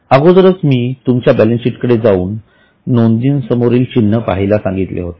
अगोदरच मी तुमच्या बॅलन्सशीट कडे जाऊन नोंदी समोरील चिन्ह पाहायला सांगितले होते